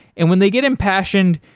and when they get impassioned,